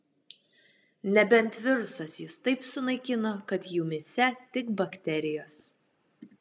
nebent virusas jus taip sunaikino kad jumyse tik bakterijos